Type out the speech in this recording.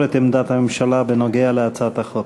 למסור את עמדת הממשלה בנוגע להצעת החוק.